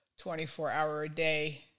24-hour-a-day